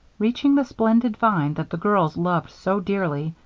reaching the splendid vine that the girls loved so dearly,